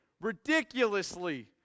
ridiculously